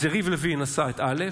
אז יריב לוין עשה את א',